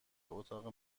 اتاق